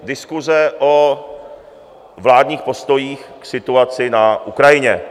Diskuse o vládních postojích k situaci na Ukrajině.